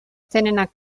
tenen